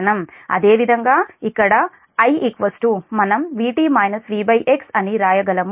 అదేవిధంగా ఇక్కడ I మనం Vt Vx అని వ్రాయగలము